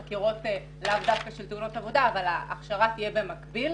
כבר מיומנים בחקירות לאו דווקא של תאונות עבודה אבל החקירה תהיה במקביל.